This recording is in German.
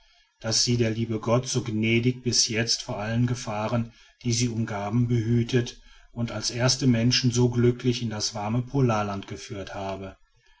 daß sie der liebe gott so gnädig bis jetzt vor allen gefahren die sie umgaben behütet und als erste menschen so glücklich in das warme polarland geführt habe